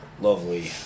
lovely